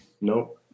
nope